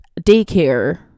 daycare